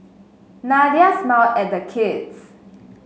Nadia smiled at the kids